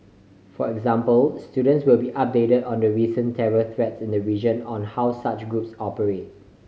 for example students will be updated on the recent terror threats in the region and how such groups operate